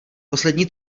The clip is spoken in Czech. poslední